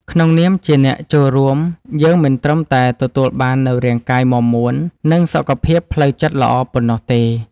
ក្នុងនាមជាអ្នកចូលរួម យើងមិនត្រឹមតែទទួលបាននូវរាងកាយមាំមួន និងសុខភាពផ្លូវចិត្តល្អប៉ុណ្ណោះទេ។